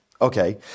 Okay